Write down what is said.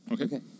Okay